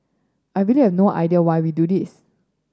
I really have no idea why we do this